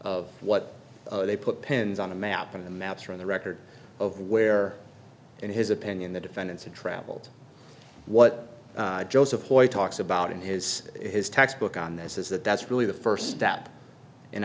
of what they put pins on the map on the maps or on the record of where in his opinion the defendants had traveled what joseph ploy talks about in his his textbook on this is that that's really the first step in